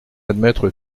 admettre